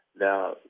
now